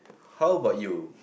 how about you